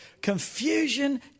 Confusion